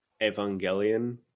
Evangelion